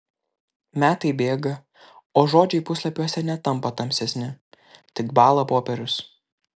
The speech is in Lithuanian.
metai bėga o žodžiai puslapiuose netampa tamsesni tik bąla popierius